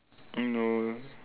oh